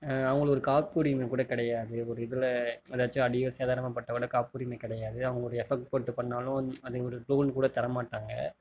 அவங்களுக்கு ஒரு காப்புரிமை கூட கிடையாது ஒரு இதில் எதாச்சும் அடியோ சேதாரமோ பட்டால் கூட காப்புரிமை கிடையாது அவங்க ஒரு எஃபோர்ட் போட்டு பண்ணாலும் அது ஒரு கூட தர மாட்டாங்க